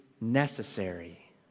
necessary